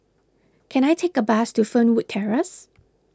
can I take a bus to Fernwood Terrace